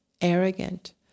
arrogant